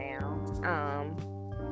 now